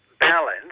balance